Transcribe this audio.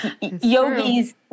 yogis